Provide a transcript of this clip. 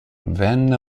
venne